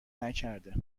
نکرده